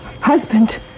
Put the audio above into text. Husband